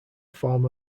form